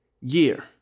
year